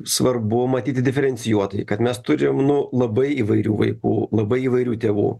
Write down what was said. svarbu matyti diferencijuotai kad mes turim nu labai įvairių vaikų labai įvairių tėvų